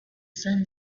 sun